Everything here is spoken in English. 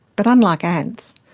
but unlike ants,